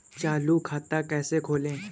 चालू खाता कैसे खोलें?